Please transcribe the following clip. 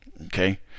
okay